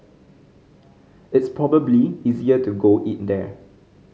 it's probably easier to go eat there